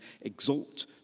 exalt